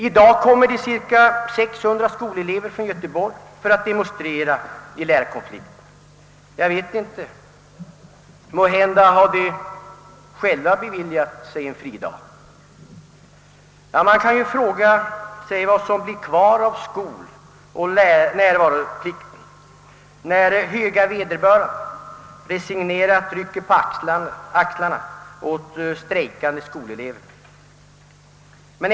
I dag kommer det cirka 600 skolelever från Göteborg för att demonstrera mot lärarkonflikten, Jag vet inte men måhända har de själva beviljat sig en fridag. Man kan ju fråga sig vad som blir kvar av skoloch närvaroplikten, när höga vederbörande resignerat rycker på axlarna åt strejkande skolelever.